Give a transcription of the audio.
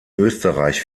österreich